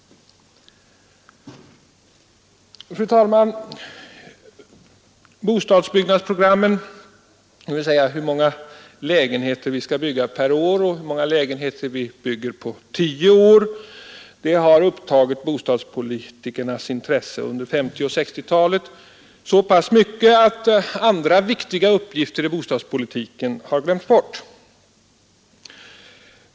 Fru talman! Bostadsbyggnadsprogrammen, dvs. hur många lägenheter vi skall bygga per år och hur många vi bygger på 10 år, har i så hög grad upptagit bostadspolitikernas intresse under 1950 och 1960-talen att andra viktiga uppgifter i bostadspolitiken har glömts bort.